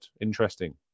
Interesting